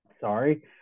Sorry